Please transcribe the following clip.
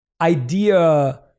idea